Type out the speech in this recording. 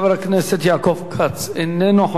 חבר הכנסת יעקב כץ, איננו.